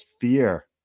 fear